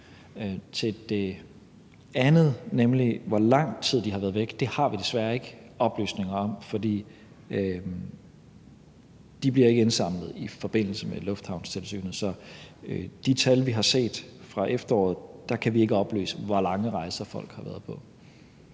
på. Det andet, nemlig hvor lang tid de har været væk, har jeg desværre ikke oplysninger om, for de bliver ikke indsamlet i forbindelse med lufthavnstilsynet. Ud fra de tal, vi har set fra efteråret, kan vi ikke oplyse, hvor lange rejser folk har været på.